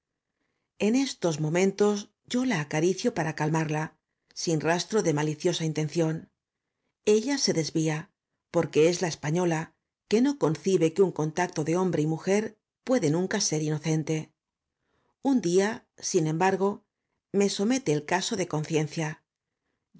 en estos momentos yo la acaricio para calmarla sin rastro de maliciosa intención ella se desvíaporque es la española que no concibe que un contacto de h o m bre y mujer puede nunca ser inocente un día sin embargo me somete el caso de